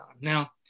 Now